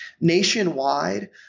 Nationwide